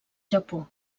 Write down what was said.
japó